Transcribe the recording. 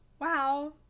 wow